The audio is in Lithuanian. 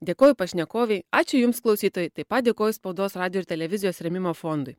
dėkoju pašnekovei ačiū jums klausytojai taip pat dėkoju spaudos radijo ir televizijos rėmimo fondui